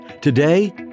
Today